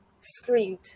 screamed